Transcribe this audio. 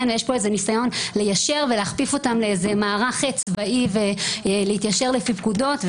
יש פה ניסיון ליישר ולהכפיף אותם למערך צבאי ולהתיישר לפי פקודות.